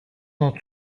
not